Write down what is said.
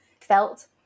felt